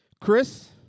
Chris